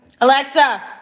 Alexa